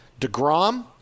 DeGrom